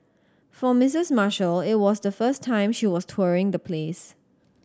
for Missis Marshall it was the first time she was touring the place